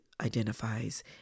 identifies